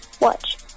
Watch